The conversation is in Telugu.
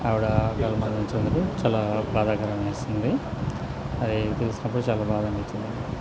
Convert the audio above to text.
ఆవిడ గల మరణించినందుకు చాలా బాధకరమనిపిస్తుంది అది తీసుకున్నప్పుడు చాలా బాధ నచ్చింది